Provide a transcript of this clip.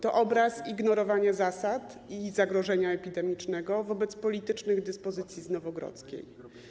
To obraz ignorowania zasad i zagrożenia epidemicznego wobec politycznych dyspozycji z Nowogrodzkiej.